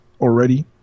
already